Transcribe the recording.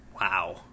Wow